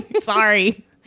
Sorry